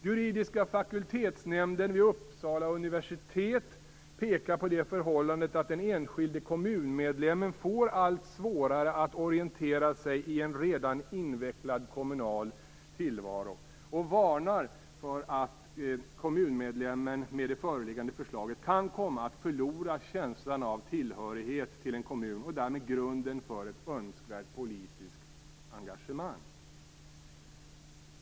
Juridiska fakultetsnämnden vid Uppsala universitet pekar på det förhållandet att den enskilde kommunmedlemmen får allt svårare att orientera sig i en redan invecklad kommunal tillvaro och varnar för att kommunmedlemmen med det föreliggande förslaget kan komma att förlora känslan av tillhörighet till en kommun och därmed grunden för ett önskvärt politiskt engagemang.